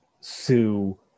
Sue